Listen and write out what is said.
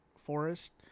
forest